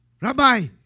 Rabbi